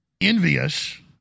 envious